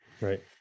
right